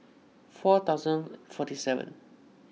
four thousand forty seven